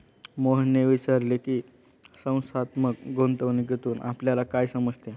मोहनने विचारले की, संस्थात्मक गुंतवणूकीतून आपल्याला काय समजते?